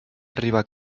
arribar